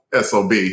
SOB